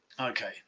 Okay